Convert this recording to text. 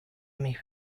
mis